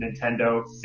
Nintendo